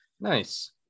Nice